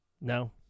no